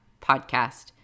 podcast